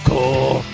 Cool